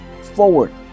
forward